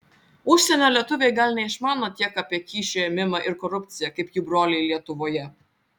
užsienio lietuviai gal neišmano tiek apie kyšių ėmimą ir korupciją kaip jų broliai lietuvoje